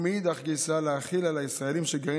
ומאידך גיסא להחיל על הישראלים שגרים